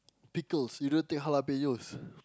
pickles you don't take jalapenos